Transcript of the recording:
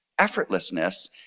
Effortlessness